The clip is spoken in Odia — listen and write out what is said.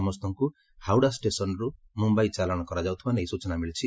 ସମସ୍ତଙ୍କୁ ହାୱଡା ଷେସନରୁ ମୁମ୍ଯାଇ ଚାଲାଶ କରାଯାଉଥିବା ନେଇ ସ୍ଚନା ମିଳିଛି